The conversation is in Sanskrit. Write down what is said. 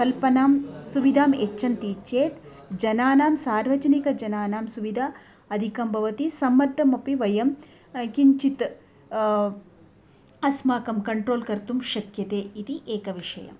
कल्पनां सुविधां यच्छन्ति चेत् जनानां सार्वजनिकजनानां सुविधा अधिका भवति सम्मर्दमपि वयं किञ्चित् अस्माकं कन्ट्रोल् कर्तुं शक्यते इति एकः विषयः